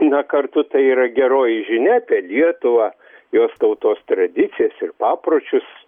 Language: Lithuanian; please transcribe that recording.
na kartu tai yra geroji žinia apie lietuvą jos tautos tradicijas ir papročius